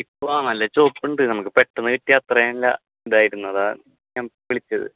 ഇപ്പോൾ ആണല്ലേ ചുവപ്പുണ്ട് നമുക്ക് പെട്ടെന്ന് കിട്ടിയാൽ അത്ര അല്ല ഇതായിരുന്നു അതാണ് ഞാൻ വിളിച്ചത്